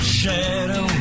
shadow